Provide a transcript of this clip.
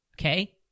okay